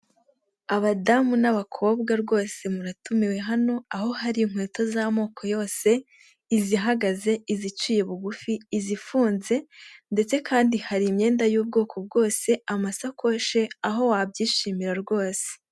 Abadamu n'abakobwa rwose muratumiwe hano, aho hari inkweto z'amoko yose, izihagaze, iziciye bugufi, izifunze ndetse kandi hari imyenda y'ubwoko bwose, amasakoshi, aho wabyishimira rwose.